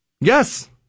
Yes